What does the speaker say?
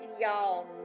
y'all